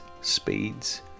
speeds